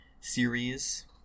series